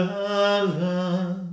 heaven